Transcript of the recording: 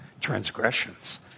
transgressions